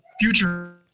future